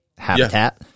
Habitat